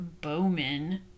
Bowman